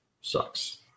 sucks